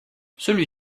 celui